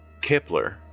Kipler